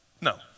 No